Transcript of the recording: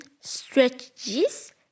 strategies